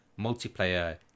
multiplayer